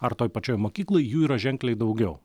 ar toj pačioj mokykloj jų yra ženkliai daugiau